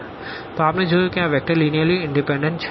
તો આપણે જોયું કે આ વેક્ટર લીનીઅર્લી ઇનડીપેનડન્ટ છે